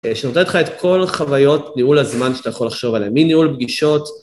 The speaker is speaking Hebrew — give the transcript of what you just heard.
שנותנת לך את כל חוויות ניהול הזמן שאתה יכול לחשוב עליהן, מניהול פגישות.